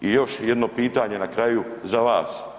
I još jedno pitanje na kraju za vas.